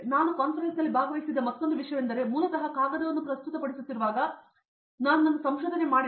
ನಾನು ಕಾನ್ಫರೆನ್ಸ್ನಲ್ಲಿ ಭಾವಿಸಿದ ಮತ್ತೊಂದು ವಿಷಯವೆಂದರೆ ನೀವು ಮೂಲತಃ ಕಾಗದವನ್ನು ಪ್ರಸ್ತುತಪಡಿಸುತ್ತಿರುವಾಗ ನಾನು ನನ್ನ ಸಂಶೋಧನೆ ಮಾಡಿದೆ